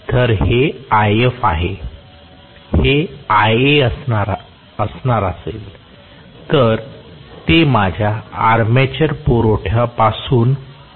तर हे If आहे हे Ia असणार असेल तर ते माझ्या अर्माचर पुरवठ्या पासून वाहते